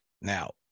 Now